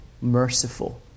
merciful